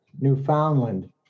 Newfoundland